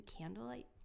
candlelight